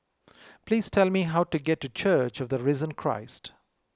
please tell me how to get to Church of the Risen Christ